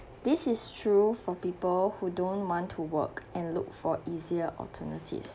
this is true for people who don't want to work and look for easier alternatives